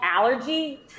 allergy